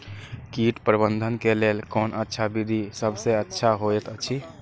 कीट प्रबंधन के लेल कोन अच्छा विधि सबसँ अच्छा होयत अछि?